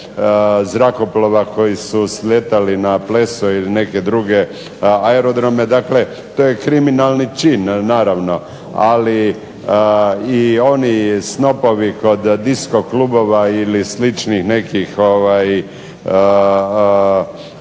zrakoplova koji su slijetali na Pleso ili neke druge aerodrome. To je kriminalni čin normalno, ali i oni snopovi kod disco klubova ili sličnih javnih